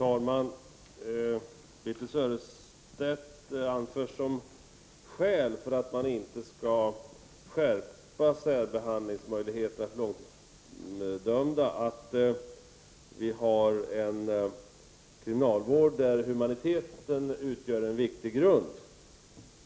Fru talman! Som skäl för att man inte skall skärpa reglerna om särbehandling av långtidsdömda anför Birthe Sörestedt att vi har en kriminalvård där humaniteten utgör en viktig grund.